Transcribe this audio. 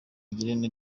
ngirente